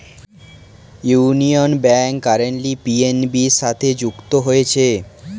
union Bank currently PNB সাথে যুক্ত হয়েছে